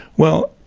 well,